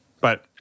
but-